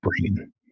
brain